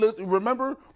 Remember